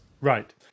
Right